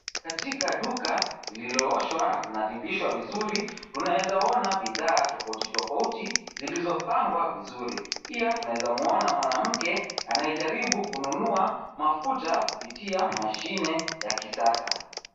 Katika duka lililooshwa na kuna­dhibitiwa vizuri, tunawezaona bidhaa tofauti tofauti zilizopangwa vizuri. Pia tunaweza muona mwanamke anayejaribu kununua mafuta kupitia mashine ya kisasa.